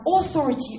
authority